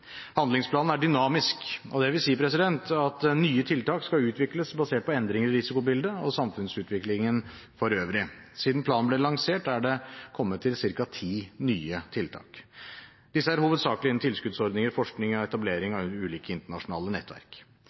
Handlingsplanen er dynamisk, det vil si at nye tiltak skal utvikles basert på endringer i risikobildet og samfunnsutviklingen for øvrig. Siden planen ble lansert, er det kommet til ca. ti nye tiltak. Disse er hovedsakelig innen tilskuddsordninger, forskning og etablering av ulike internasjonale nettverk.